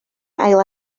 ail